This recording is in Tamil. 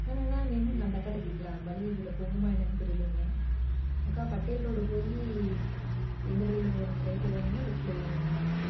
அண்ணா அண்ணா நின்னுங்க அந்த அக்காட்ட கேட்கலாம் வழி இதில் போகுமா என்னனு தெரியலிங்க அக்கா பட்டேல் ரோடு போய் எந்த வழியில் போகணுங்க ரைட்டில் போகணுங்களா லெஃப்ட்டில் போகணுங்களா